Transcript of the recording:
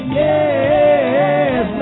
yes